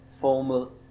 formal